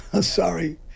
sorry